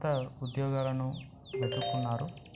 కొత్త ఉద్యోగాలను వెతుక్కున్నారు